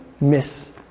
miss